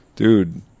dude